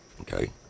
Okay